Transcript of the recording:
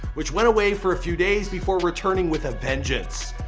which went away for a few days before returning with a vengeance,